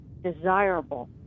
desirable